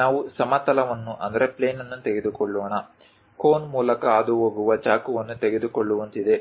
ನಾವು ಸಮತಲವನ್ನು ತೆಗೆದುಕೊಳ್ಳೋಣ ಕೋನ್ ಮೂಲಕ ಹಾದುಹೋಗುವ ಚಾಕುವನ್ನು ತೆಗೆದುಕೊಳ್ಳುವಂತಿದೆ